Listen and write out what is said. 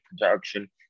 production